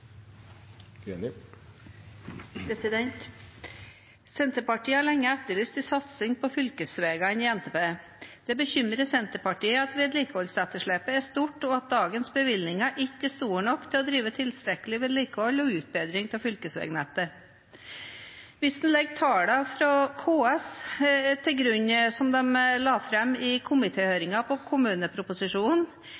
våre. Senterpartiet har lenge etterlyst en satsing på fylkesveiene i NTP. Det bekymrer Senterpartiet at vedlikeholdsetterslepet er stort, og at dagens bevilgninger ikke er store nok til å drive tilstrekkelig vedlikehold og utbedring av fylkesveinettet. Hvis en legger til grunn tallene som KS la fram i